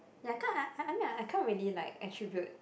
ya can't I I mean I can't really like attribute